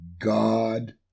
God